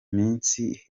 minsi